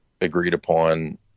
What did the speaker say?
agreed-upon